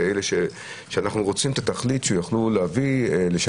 אלה שאנחנו רוצים את התכלית שיוכלו לשלם,